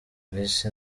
nahise